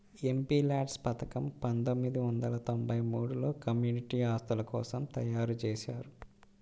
MPLADS పథకం పందొమ్మిది వందల తొంబై మూడులో కమ్యూనిటీ ఆస్తుల కోసం తయ్యారుజేశారు